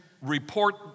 report